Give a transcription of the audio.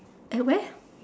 at where